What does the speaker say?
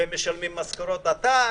והם משלמים משכורות עתק.